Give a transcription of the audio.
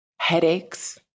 headaches